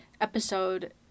episode